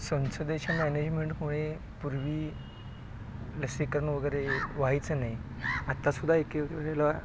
संसदेच्या मॅनेजमेंटमुळे पूर्वी लसीकरण वगैरे व्हायचं नाही आत्तासुद्धा एके वेळेला